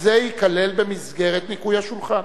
זה ייכלל במסגרת ניקוי השולחן.